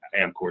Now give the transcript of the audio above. Amcor